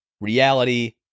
reality